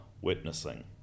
witnessing